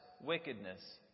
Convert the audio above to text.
wickedness